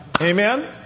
Amen